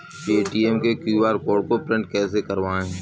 Paytm के QR code को print कैसे करवाएँ?